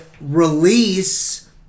release